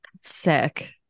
Sick